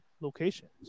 locations